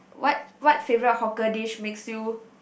what what favourite hawker dish makes you